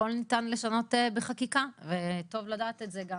הכל ניתן לשנות בחקיקה וטוב לדעת את זה גם,